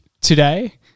today